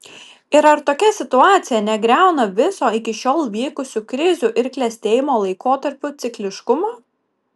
ir ar tokia situacija negriauna viso iki šiol vykusių krizių ir klestėjimo laikotarpių cikliškumo